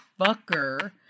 fucker